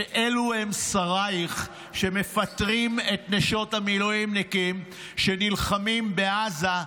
שאלו הם שרייך שמפטרים מהעבודה את נשות המילואימניקים שנלחמים בעזה.